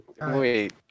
Wait